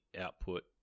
output